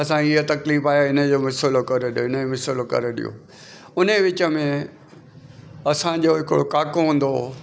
असांजी हीअ तकलीफ़ु आहे हिनजो वसीलो करे ॾियो हिनजो वसीलो करे ॾियो उन विच में असांजो हिकिड़ो काको हूंदो हो